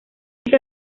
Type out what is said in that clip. que